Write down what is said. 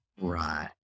Right